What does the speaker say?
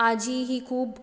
आजी ही खूब